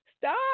Stop